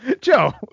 Joe